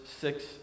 six